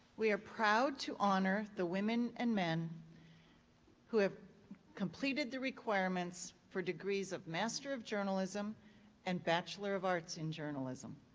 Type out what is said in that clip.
we are proud to honor the women and men who have completed the requirements for degrees of master of journalism and bachelor of arts in journalism.